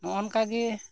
ᱱᱚᱜᱼᱚ ᱱᱚᱝᱠᱟ ᱜᱮ